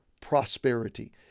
prosperity